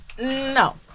No